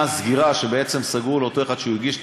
הסגירה שסגרו לאותו אחד שהוא הגיש נגדו,